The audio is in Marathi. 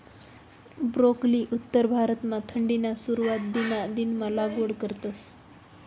ब्रोकोली उत्तर भारतमा थंडीना सुरवातना दिनमा लागवड करतस